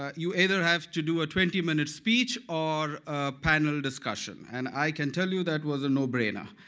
ah you either have to do a twenty minute speech or panel discussion and i can tell you that was a no brainer.